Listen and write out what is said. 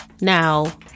now